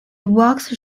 works